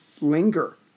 linger